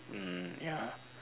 mm ya